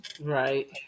right